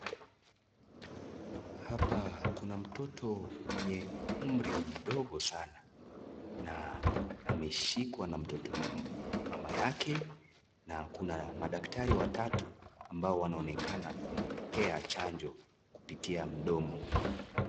Hapa kuna mtoto mwenye umri mdogo sana na ameshikwa na mama yake na kuna madaktari watatu ambao wanaonekana kumpea chanjo kupitia mdomo.